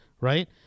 right